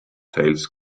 teils